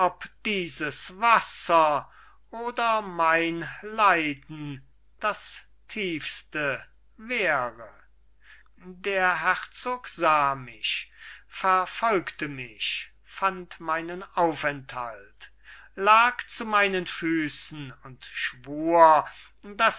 dieses wasser oder mein leiden das tiefste wäre der herzog sah mich verfolgte mich fand meinen aufenthalt lag zu meinen füßen und schwur